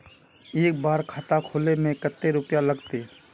एक बार खाता खोले में कते रुपया लगते?